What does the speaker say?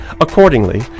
Accordingly